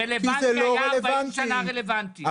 זה היה 40 שנה רלוונטי.